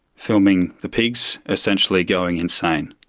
filming the pigs essentially going insane.